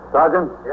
Sergeant